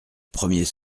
premier